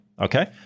Okay